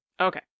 Okay